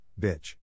bitch